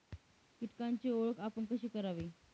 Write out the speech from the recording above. कीटकांची ओळख आपण कशी करावी?